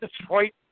Detroit